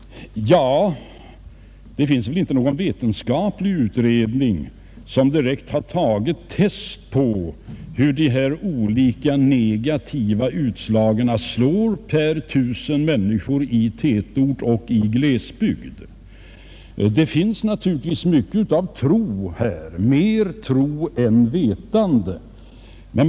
Ja, det finns väl inte någon vetenskaplig utredning som direkt har testat dessa olika negativa utslag per tusen människor i tätorter och i glesbygd. Det finns naturligtvis mycket av tro här, mer tro än vetande.